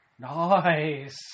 Nice